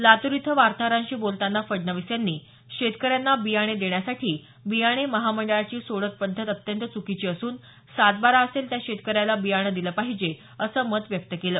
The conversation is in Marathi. लातूर इथं वार्ताहरांशी बोलताना फडणवीस यांनी शेतकऱ्यांना बियाणे देण्यासाठी बियाणे महामंडळाची सोडत पद्धत अत्यंत चुकीची असून सातबारा असेल त्या शेतकऱ्याला बियाणं दिलं पाहिजे असं मत व्यक्त केलं